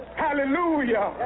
hallelujah